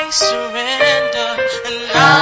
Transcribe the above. surrender